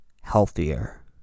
healthier